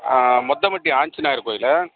முத்தம்பட்டி ஆஞ்சிநேயர் கோயில்